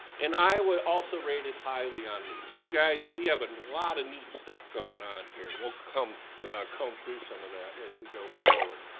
and iowa also rated highly on these. you guys, we have a lot of neat stuff going on here and we'll comb through some of that as we go forward.